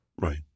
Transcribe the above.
Right